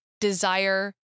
desire